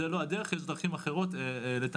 זו לא הדרך ויש דרכים אחרות לתמרץ